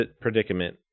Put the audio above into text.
predicament